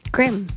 Grim